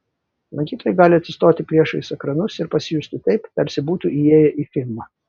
lankytojai gali atsistoti priešais ekranus ir pasijusti taip tarsi būtų įėję į filmą